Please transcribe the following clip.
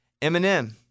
Eminem